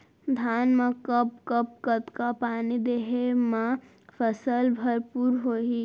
धान मा कब कब कतका पानी देहे मा फसल भरपूर होही?